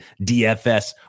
dfs